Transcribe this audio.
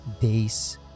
days